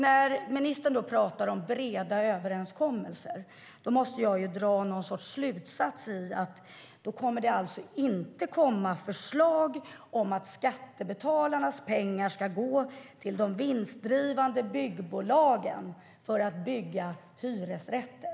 När ministern då talar om breda överenskommelser måste jag dra någon sorts slutsats att det inte kommer att komma förslag om att skattebetalarnas pengar ska gå till de vinstdrivande byggbolagen för att bygga hyresrätter.